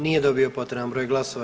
Nije dobio potreban broj glasova.